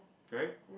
correct